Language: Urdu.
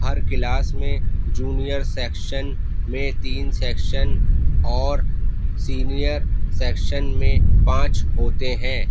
ہر کلاس میں جونیئر سیکشن میں تین سیکشن اور سینئر سیکشن میں پانچ ہوتے ہیں